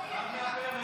לא יהיה.